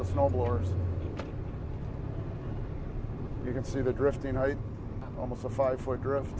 the snowblowers you can see the drifting almost a five foot drift